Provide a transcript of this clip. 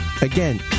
Again